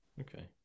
Okay